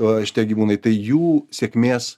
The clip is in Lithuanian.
o šitie gyvūnai tai jų sėkmės